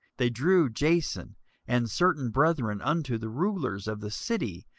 they drew jason and certain brethren unto the rulers of the city,